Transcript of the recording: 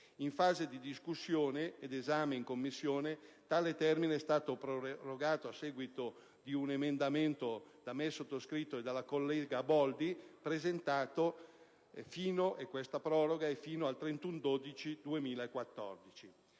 In fase di discussione ed esame in Commissione tale termine è stato prorogato, a seguito di un emendamento sottoscritto da me e dalla collega Boldi, fino al 31